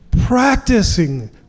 Practicing